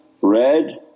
red